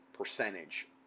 percentage